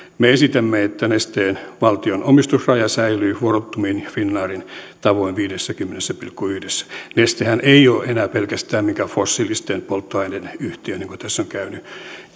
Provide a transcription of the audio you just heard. me esitämme että valtion omistusraja nesteessä säilyy fortumin ja finnairin tavoin viidessäkymmenessä pilkku yhdessä nestehän ei ole enää pelkästään mikään fossiilisten polttoaineiden yhtiö niin kuin tässä on käynyt